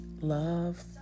Love